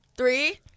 Three